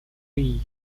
reeve